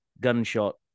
gunshot